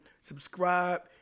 subscribe